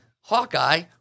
Hawkeye